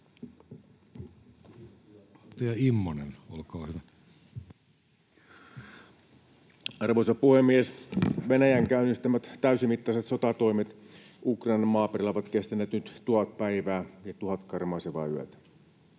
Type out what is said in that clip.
Arvoisa puhemies! Venäjän käynnistämät täysimittaiset sotatoimet Ukrainan maaperällä ovat kestäneet nyt tuhat päivää ja tuhat karmaisevaa yötä.